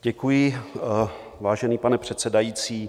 Děkuji, vážený pane předsedající.